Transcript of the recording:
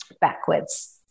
backwards